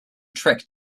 trick